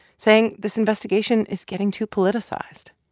saying this investigation is getting too politicized.